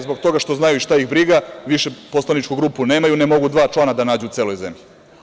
Zbog toga što znaju šta ih briga, više poslaničku grupu nemaju, ne mogu dva člana da nađu u celoj zemlji.